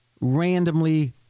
randomly